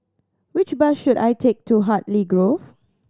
which bus should I take to Hartley Grove